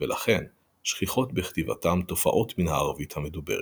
ולכן שכיחות בכתיבתם תופעות מן הערבית המדוברת.